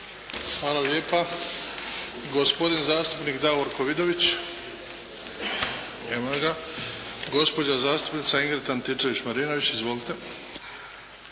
Hvala lijepa. Gospodin zastupnik Davorko Vidović. Nema ga. Gospođa zastupnica Ingrid Antičević-Marinović. Izvolite.